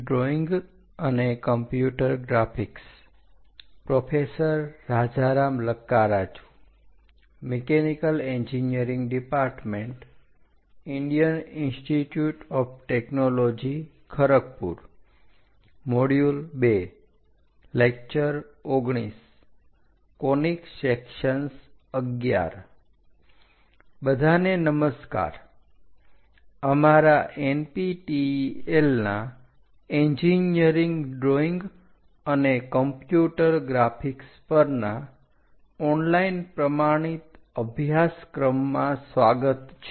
બધાને નમસ્કાર અમારા NPTEL ના એન્જીનિયરીંગ ડ્રોઈંગ અને કમ્પ્યુટર ગ્રાફિક્સ પરના ઓનલાઈન પ્રમાણિત અભ્યાસક્રમમાં સ્વાગત છે